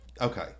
okay